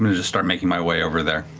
and just start making my way over there.